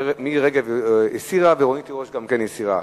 מירי רגב, הסירה, ורונית תירוש, גם כן הסירה.